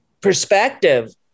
Perspective